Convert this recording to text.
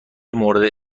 مورد